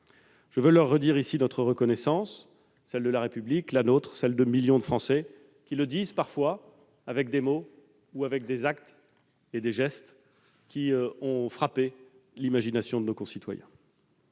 Je veux leur redire ici notre reconnaissance, celle de la République, la nôtre, celle de millions de Français qui l'expriment parfois avec des mots, des actes ou des gestes qui ont frappé l'imagination de nos concitoyens.